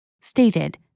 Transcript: stated